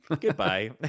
Goodbye